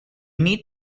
need